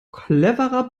cleverer